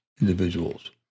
individuals